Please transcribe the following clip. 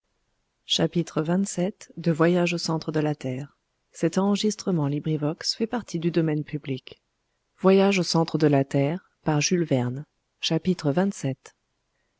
au centre de la terre